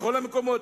בכל המקומות.